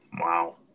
Wow